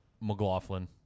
McLaughlin